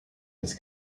his